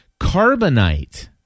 Carbonite